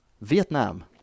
Vietnam